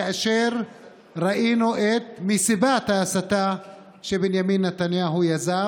כאשר ראינו את מסיבת ההסתה שבנימין נתניהו יזם,